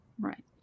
Right